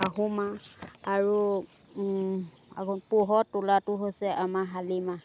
আহু মাহ আৰু আকৌ পুহত তোলাটো হৈছে আমাৰ শালি মাহ